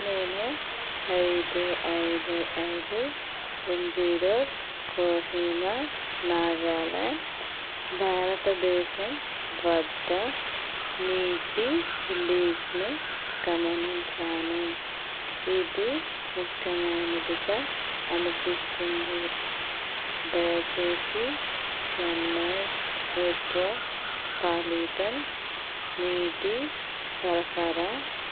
నేను ఐదు ఐదు ఐదు M G road Kohima Nagaland భారతదేశం వద్ద నీటి లీక్ను గమనించాను ఇది ముఖ్యమైనదిగా అనిపిస్తుంది దయచేసి చెన్నై మెట్రోపాలీటన్ నీటి సరఫరా